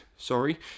sorry